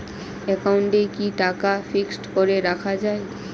একাউন্টে কি টাকা ফিক্সড করে রাখা যায়?